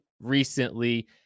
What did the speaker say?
recently